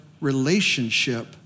relationship